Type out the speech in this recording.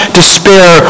despair